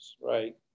right